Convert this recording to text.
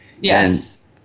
Yes